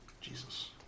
Jesus